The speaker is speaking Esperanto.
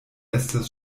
estas